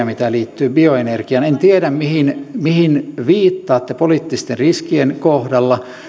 mitä liittyy bioenergiaan en tiedä mihin mihin viittaatte poliittisten riskien kohdalla